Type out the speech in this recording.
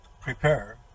prepare